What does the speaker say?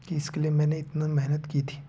कि इसके लिए मैंने इतना मेहनत की थी